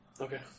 Okay